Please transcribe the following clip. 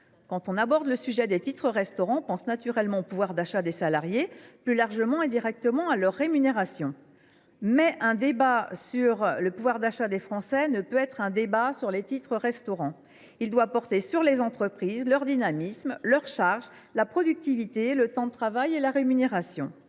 Quand on aborde le sujet des titres restaurant, on pense naturellement au pouvoir d’achat des salariés, et plus largement ou indirectement à leur rémunération. Toutefois, un débat sur le pouvoir d’achat des Français ne peut se résumer à une discussion sur les titres restaurant. Il doit porter sur les entreprises, leur dynamisme, leurs charges, la productivité, le temps de travail et la rémunération.